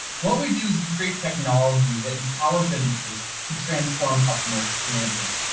what we do is we create technologies that empower businesses to transform customer experiences.